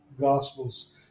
Gospels